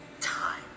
Time